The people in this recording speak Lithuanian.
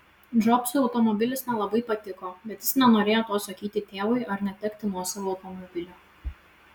džobsui automobilis nelabai patiko bet jis nenorėjo to sakyti tėvui ar netekti nuosavo automobilio